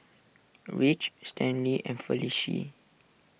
Ridge Stanley and Felicie